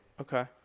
okay